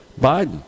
Biden